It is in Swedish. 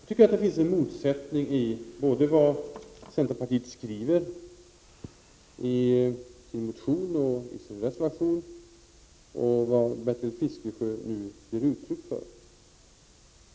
Herr talman! Det finns en motsättning i både vad centerpartiet skriver i sin motion och sin reservation och vad Bertil Fiskesjö nu ger uttryck för.